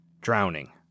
Drowning